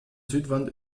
südwand